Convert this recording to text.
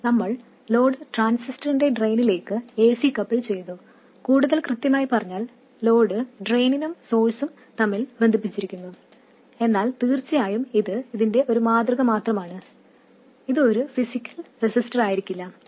നമ്മൾ ലോഡ് ട്രാൻസിസ്റ്ററിന്റെ ഡ്രെയിനിലേക്ക് ac കപ്പിൾ ചെയ്തു കൂടുതൽ കൃത്യമായി പറഞ്ഞാൽ ലോഡ് ഡ്രെയിനും സോഴ്സും തമ്മിൽ ബന്ധിപ്പിച്ചിരിക്കുന്നു എന്നാൽ തീർച്ചയായും ഇത് ഇതിന്റെ ഒരു മാതൃക മാത്രമാണ് ഇത് ഒരു ഫിസിക്കൽ റെസിസ്റ്ററായിരിക്കില്ല